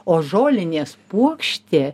o žolinės puokštė